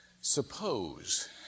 suppose